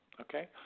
okay